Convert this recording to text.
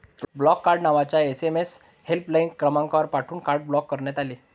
block card नावाचा SMS helpline क्रमांकावर पाठवून कार्ड ब्लॉक करण्यात आले